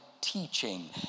teaching